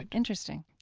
interesting.